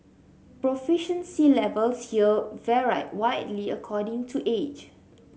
proficiency levels here varied widely according to age